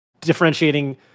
differentiating